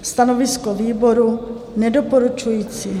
Stanovisko výboru: Nedoporučující.